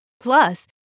Plus